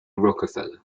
rockefeller